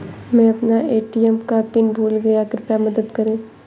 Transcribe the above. मै अपना ए.टी.एम का पिन भूल गया कृपया मदद करें